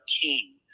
king